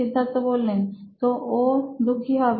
সিদ্ধার্থ তো ও দুঃখী হবে